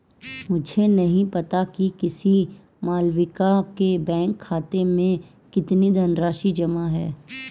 मुझे नही पता कि किसी मालविका के बैंक खाते में कितनी धनराशि जमा है